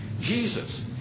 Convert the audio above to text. Jesus